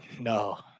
no